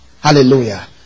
Hallelujah